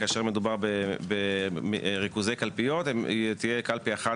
כאשר מדובר בריכוזי קלפיות תהיה קלפי אחת